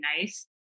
nice